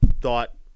thought